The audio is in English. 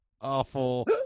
awful